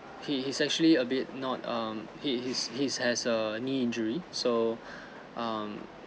he he's actually a bit not um he he's he's has a knee injury so um